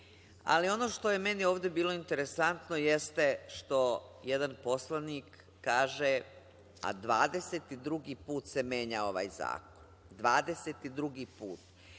ono što je meni ovde bilo interesantno jeste što jedan poslanik kaže –22. put se menja ovaj zakon, 22. put,